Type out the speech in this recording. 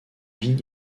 vit